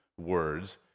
words